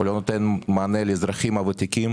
הוא לא נותן מענה לאזרחים הוותיקים,